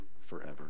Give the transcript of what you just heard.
forever